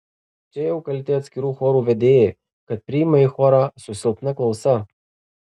čia jau kalti atskirų chorų vedėjai kad priima į chorą su silpna klausa